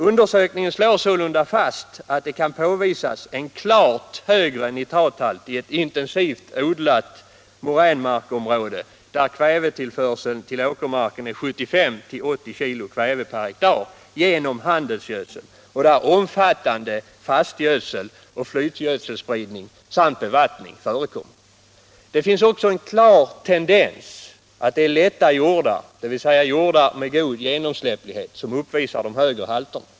Undersökningen slår sålunda fast, att det kan påvisas en klart högre nitrathalt i ett intensivt odlat moränmarksområde, där kvävetillförseln till åkermarken genom handelsgödsel är 75-80 kilogram kväve per hektar och där omfattande fastgödsel och flytgödselspridning samt bevattning förekommer. Det finns också en klar tendens att lätta jordar, dvs. jordar med god genomsläpplighet, uppvisar de högre halterna.